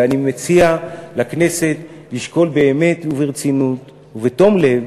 ואני מציע לכנסת לשקול באמת וברצינות ובתום לב